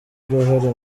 uruhare